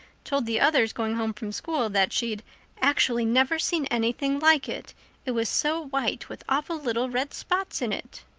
told the others going home from school that she'd acksually never seen anything like it it was so white, with awful little red spots in it.